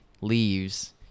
leaves